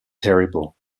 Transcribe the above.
terrible